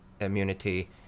immunity